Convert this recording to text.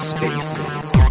Spaces